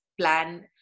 plan